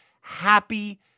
happy